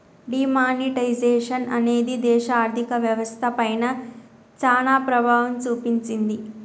D monetisation అనేది దేశ ఆర్ధిక వ్యవస్థ పైన చానా ప్రభావం చూపించింది